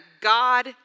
God